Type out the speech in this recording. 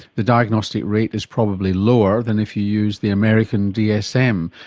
the diagnostic rate is probably lower than if you use the american dsm.